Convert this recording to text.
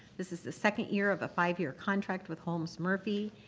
this is the second year of a five-year contract with holmes-murphy.